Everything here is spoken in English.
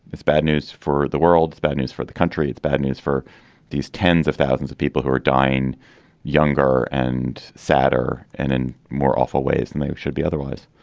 it's bad news for the world's bad news for the country. it's bad news for these tens of thousands of people who are dying younger and sadder and then and more awful ways than they should be otherwise.